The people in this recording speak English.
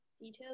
details